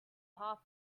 half